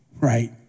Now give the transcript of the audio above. right